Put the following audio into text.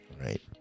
right